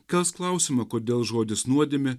kels klausimą kodėl žodis nuodėmė